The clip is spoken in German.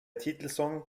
titelsong